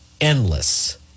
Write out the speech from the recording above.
endless